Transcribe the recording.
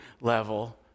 level